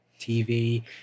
TV